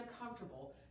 uncomfortable